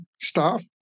staff